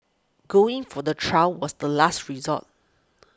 going for the trial was the last resort